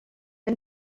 and